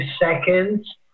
seconds